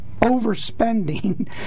overspending